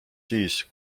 siis